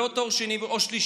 אלה לא רק תואר שני או שלישי,